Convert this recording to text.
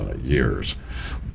years